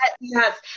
Yes